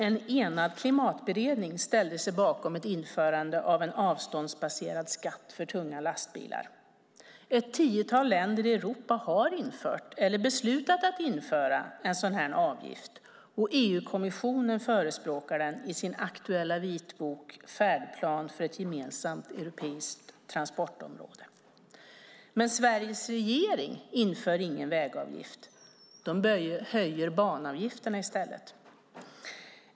En enad klimatberedning ställde sig bakom ett införande av avståndsbaserad skatt för tunga lastbilar. Ett tiotal länder i Europa har infört eller beslutat att införa en sådan avgift. EU-kommissionen förespråkar den i sin aktuella vitbok Färdplan för ett gemensamt europeiskt transportområde . Men Sveriges regering inför ingen vägavgift. Den höjer banavgifterna i stället.